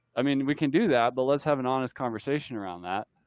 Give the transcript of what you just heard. i mean, we can do that, but let's have an honest conversation around that.